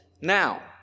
now